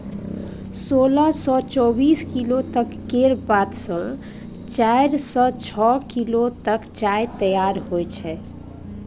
सोलह सँ चौबीस किलो तक केर पात सँ चारि सँ छअ किलो चाय तैयार होइ छै